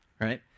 right